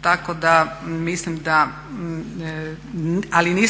tako da mislim da, ali